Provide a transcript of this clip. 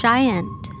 Giant